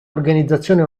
organizzazione